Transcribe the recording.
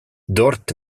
dort